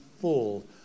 full